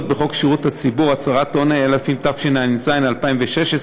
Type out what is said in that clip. בחוק שירות הציבור (הצהרת הון) התשע"ז 2016,